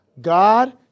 God